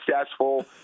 successful